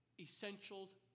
essentials